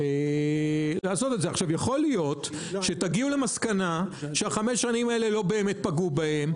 יכול להיות שתגיעו למסקנה שהחמש שנים האלה לא באמת פגעו בהם.